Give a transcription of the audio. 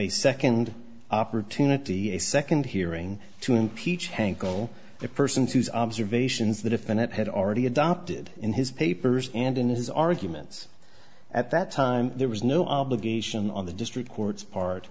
a second opportunity a second hearing to impeach hankel persons whose observations the defendant had already adopted in his papers and in his arguments at that time there was no obligation on the district court's part